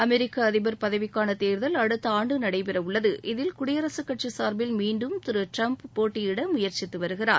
அமெரிக்க அதிபர் பதவிக்கான தேர்தல் அடுத்த ஆண்டு நடைபெற உள்ளது இதில் குடியரசு கட்சி சார்பில் மீண்டும் திரு டொனால்டு டிரம்ப் போட்டியிட முயற்சித்து வருகிறார்